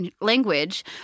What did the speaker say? language